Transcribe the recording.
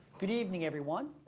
good evening, everyone.